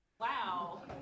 Wow